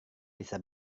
bisa